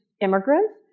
immigrants